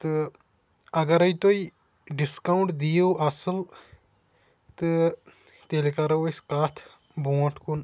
تہٕ اَگرٕے تُہۍ ڈِسکوُنٹ دِیو اَصٕل تہٕ تیلہِ کَرو أسۍ کَتھ بونٹھ کُن